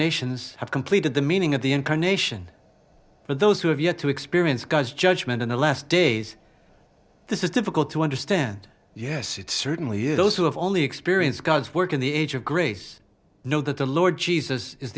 incarnations have completed the meaning of the incarnation but those who have yet to experience guys judgment in the last days this is difficult to understand yes it certainly is those who have only experienced god's work in the age of grace know that the lord jesus is